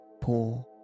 poor